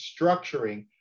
structuring